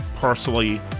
personally